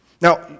Now